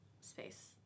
space